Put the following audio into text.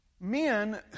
men